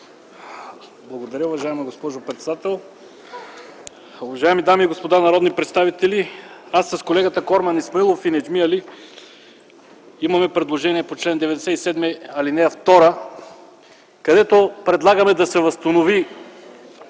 Благодаря, госпожо председател. Уважаеми дами и господа народни представители, с колегите Корман Исмаилов и Неджми Али имаме предложение по чл. 97, ал. 2, където предлагаме да се възстанови